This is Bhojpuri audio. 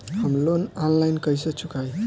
हम लोन आनलाइन कइसे चुकाई?